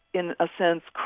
in a sense,